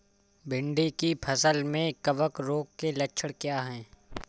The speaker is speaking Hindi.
भिंडी की फसल में कवक रोग के लक्षण क्या है?